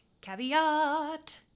caveat